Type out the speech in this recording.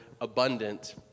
abundant